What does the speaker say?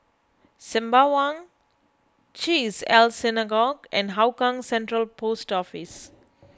Sembawang Chesed El Synagogue and Hougang Central Post Office